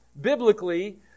biblically